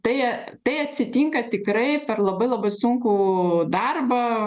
tai jie tai atsitinka tikrai per labai labai sunkų darbą